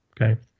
okay